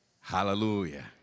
Hallelujah